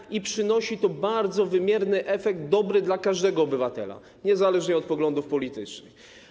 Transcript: Ich praca przynosi bardzo wymierny efekt, dobry dla każdego obywatela niezależnie od poglądów politycznych.